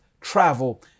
travel